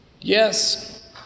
Yes